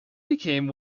became